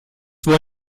wohl